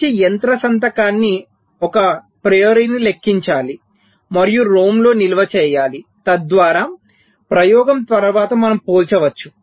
మంచి యంత్ర సంతకాన్ని ఒక ప్రియోరిని లెక్కించాలి మరియు ROM లో నిల్వ చేయాలి తద్వారా ప్రయోగం తరువాత మనం పోల్చవచ్చు